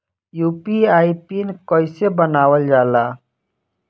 UPI pin कइसे बनावल जाला?